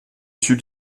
suis